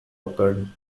occur